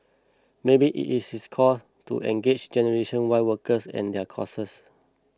maybe it is his call to engage generation Y workers and their causes